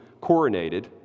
coronated